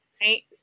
Right